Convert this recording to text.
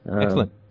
Excellent